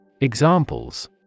Examples